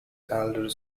elder